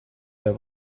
der